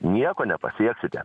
nieko nepasieksite